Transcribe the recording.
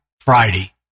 Friday